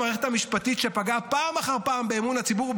המערכת המשפטית שפגעה פעם אחר פעם באמון הציבור,